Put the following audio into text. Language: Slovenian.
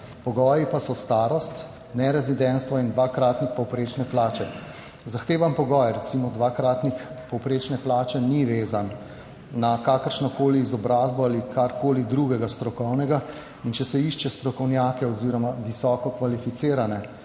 Pogoji pa so starost, nerezidentstvo in dvakratnik povprečne plače. Zahteven pogoj, recimo dvakratnik povprečne plače, ni vezan na kakršnokoli izobrazbo ali karkoli drugega strokovnega. In če se išče strokovnjake oziroma visoko kvalificirane